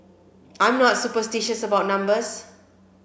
I'm not superstitious about numbers